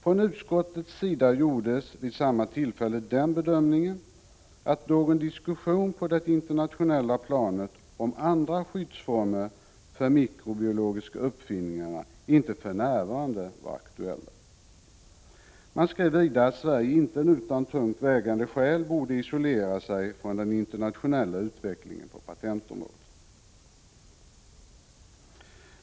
Från utskottets sida gjordes vid samma tillfälle den bedömningen, att någon diskussion på det internationella planet om andra skyddsformer för mikrobiologiska uppfinningar inte för närvarande var aktuell. Man skrev vidare att Sverige inte utan tungt vägande skäl borde isolera sig från den internationella utvecklingen på patentområdet.